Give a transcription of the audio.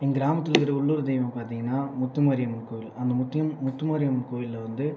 என் கிராமத்தில் இருக்கிற உள்ளூர் தெய்வம் பார்த்திகனா முத்து மாரியம்மன் கோவில் அந்த முத்து மாரியம்மன் கோவிலில் வந்து